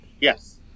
Yes